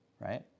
right